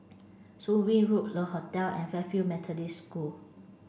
Soon Wing Road Le Hotel and Fairfield Methodist School